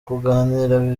kuganira